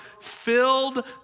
filled